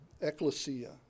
ecclesia